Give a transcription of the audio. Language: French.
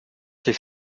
ces